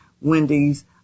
Wendy's